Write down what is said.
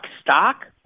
stock